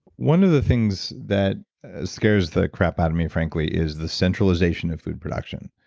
one of the things that scares the crap out of me frankly, is the centralization of food production.